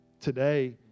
Today